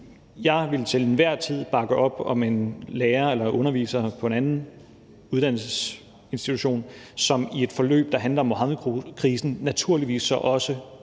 jeg vil til enhver tid bakke op om en lærer eller underviser på en anden uddannelsesinstitution, som i et forløb, der handler om Muhammedkrisen, naturligvis også viser